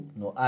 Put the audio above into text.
no